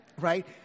right